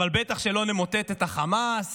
אבל בטח שלא נמוטט את החמאס